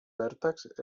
vèrtex